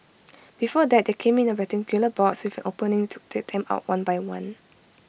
before that they came in A rectangular box with an opening to take them out one by one